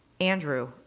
Andrew